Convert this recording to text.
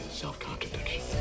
self-contradiction